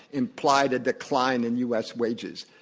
implied a decline in u. s. wages.